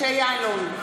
משה יעלון,